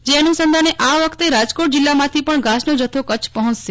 જે અનુસંધાને આ વખતે રાજકોટ જિલ્લામાંથી પણ ઘાસનો જથ્થો કચ્છ પહોંચશે